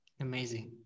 amazing